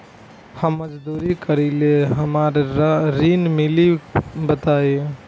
हम मजदूरी करीले हमरा ऋण मिली बताई?